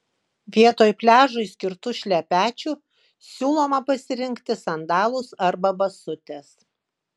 vietoj pliažui skirtų šlepečių siūloma pasirinkti sandalus arba basutes